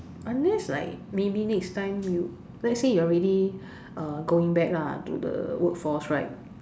unless like maybe next time you let's say you're already uh going back lah to the workforce right